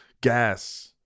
gas